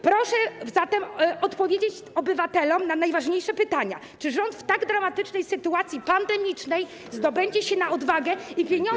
Proszę zatem odpowiedzieć obywatelom na najważniejsze pytania: Czy rząd w tak dramatycznej sytuacji pandemicznej zdobędzie się na odwagę i pieniądze.